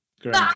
Great